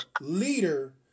leader